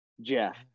Jeff